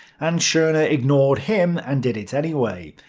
and schorner ignored him and did it anyway.